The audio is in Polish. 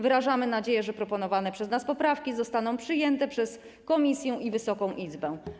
Wyrażamy nadzieję, że proponowane przez nas poprawki zostaną przyjęte przez komisję i Wysoką Izbę.